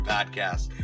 Podcast